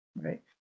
right